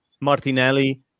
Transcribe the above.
Martinelli